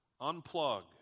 unplug